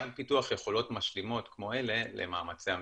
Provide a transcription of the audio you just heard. ועד פיתוח יכולות משלימות כמו אלה למאמצי הממשלות.